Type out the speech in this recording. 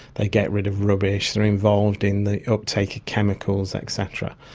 they get rid of rubbish, they're involved in the uptake of chemicals, et cetera.